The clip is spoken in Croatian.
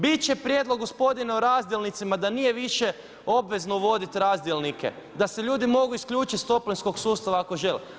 Biti će prijedlog gospodine o razdjelnicima da nije više obvezno uvoditi razdjelnike, da se ljudi mogu isključiti sa toplinskog sustava ako žele.